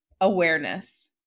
awareness